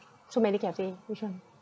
so many cafe which one